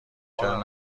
چرا